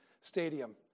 stadium